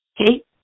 Okay